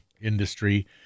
industry